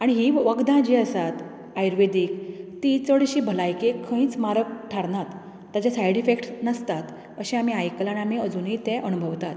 आनी ही वखदां जी आसात आयुर्वेदीक ती चडशीं भलायकेक खंयच मारक ठारनात ताचे सायड इफेक्ट नासतात अशें आमी आयकलां आनी आमी अजूनय तें अणभवतात